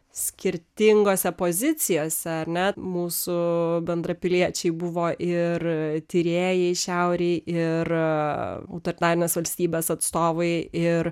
skirtingose pozicijose ar ne mūsų bendrapiliečiai buvo ir tyrėjai šiaurėj ir autoritarinės valstybės atstovai ir